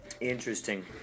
Interesting